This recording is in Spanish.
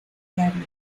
diario